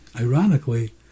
ironically